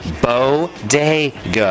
Bodega